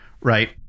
right